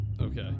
okay